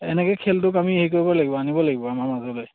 এনেকে খেলটোক আমি হেৰি কৰিব লাগিব আনিব লাগিব আমাৰ মাজলৈ